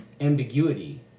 ambiguity